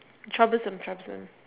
troublesome troublesome